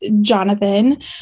Jonathan